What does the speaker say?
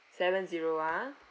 seven zero ah